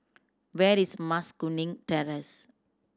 where is Mas Kuning Terrace